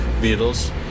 Beatles